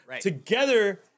together